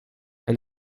and